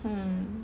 mm